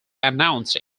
announced